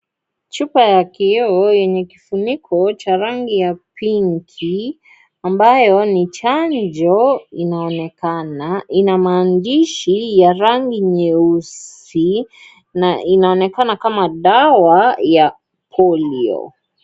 Chupa ya kioo, yenye kifuniko, cha rangi ya pinki, ambayo ni chanjo, inaonekana, ina maandishi, ya rangi nyeusi, na inaonekana kama dawa, ya polio.